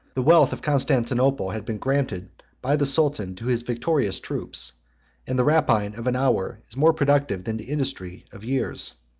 the wealth of constantinople had been granted by the sultan to his victorious troops and the rapine of an hour is more productive than the industry of years.